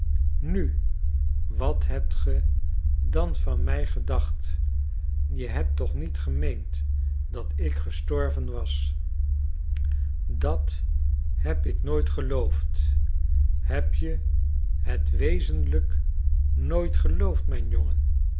nu en wat hebt ge dan van mij gedacht je hebt toch niet gemeend dat ik gestorven was dat heb ik nooit geloofd heb je het wezenlijk nooit geloofd mijn jongen